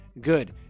good